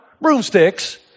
broomsticks